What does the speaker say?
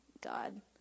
God